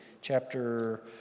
chapter